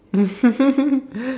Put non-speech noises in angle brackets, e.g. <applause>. <laughs>